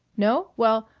no? well,